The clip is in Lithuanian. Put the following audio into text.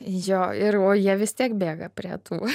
jo ir o jie vis tiek bėga prie tų